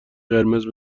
قرمز